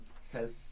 says